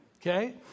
Okay